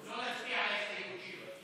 לא להצביע על ההסתייגות שלו.